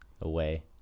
away